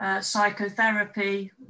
psychotherapy